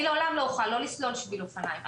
אני לעולם לא אוכל לא לסלול שביל אופניים,